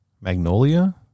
Magnolia